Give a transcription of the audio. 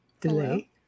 Delay